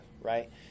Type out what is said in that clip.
Right